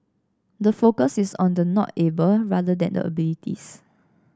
the focus is on the not able rather than the abilities